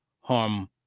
harm